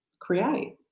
create